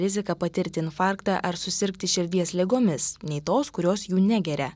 rizika patirti infarktą ar susirgti širdies ligomis nei tos kurios jų negeria